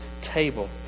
table